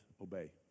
obey